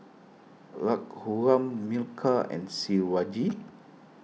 Raghuram Milkha and Shivaji